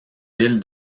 ville